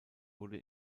wurde